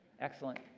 Excellent